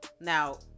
Now